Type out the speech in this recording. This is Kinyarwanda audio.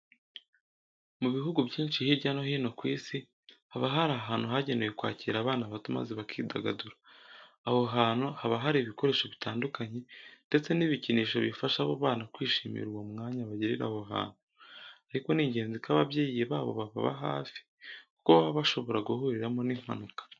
Mu bihugu byinshi hirya no hino ku isi, haba hari ahantu hagenewe kwakira abana bato maze bakidagadura. Aho hantu haba hari ibikoresho bitandukanye ndetse n'ibikinisho bifasha abo bana kwishimira uwo myanya bagirira aho hantu. Ariko ni ingenzi ko ababyeyi babo bababa hafi kuko baba bashobora guhuriramo n'impanuka.